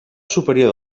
superior